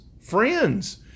friends